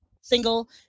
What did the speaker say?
single